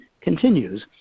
continues